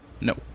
No